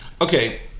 Okay